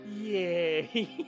Yay